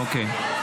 זהו --- הכול בסדר,